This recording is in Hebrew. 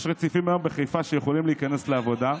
יש היום רציפים בחיפה שיכולים להיכנס לעבודה.